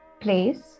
place